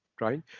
right